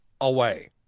away